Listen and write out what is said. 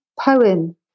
poem